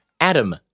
Adam